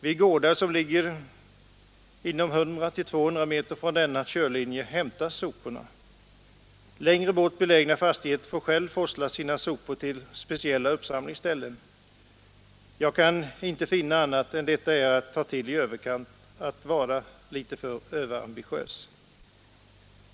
Vid gårdar som ligger inom 100—-200 m från denna körlinje hämtas soporna. Från längre bort belägna fastigheter får man s lv forsla sina sopor till speciella uppsamlingsställen. Jag kan inte finna annat än att detta är att ta till i överkant, att vara litet för överambitiös.